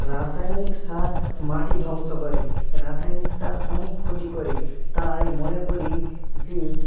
রাসায়নিক সার মাটি ধ্বংস করে রাসায়নিক সার অনেক ক্ষতি করে তাই মনে করি যে